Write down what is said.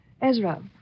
Ezra